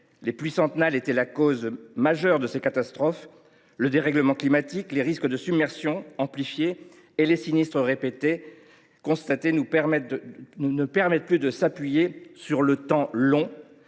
les pluies centennales étaient, hier, la cause majeure de ces catastrophes, le dérèglement climatique, les risques de submersion amplifiés et les sinistres répétés que nous constatons ne permettent plus de s’appuyer sur le temps long